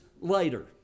later